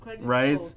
Right